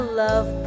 love